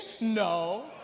No